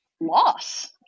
loss